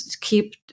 keep. –